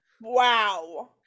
Wow